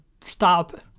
stop